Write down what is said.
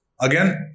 again